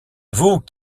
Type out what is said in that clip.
vous